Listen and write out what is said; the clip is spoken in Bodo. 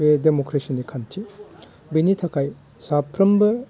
बे डेमक्रेसिनि खान्थि बिनि थाखाय साफ्रोमबो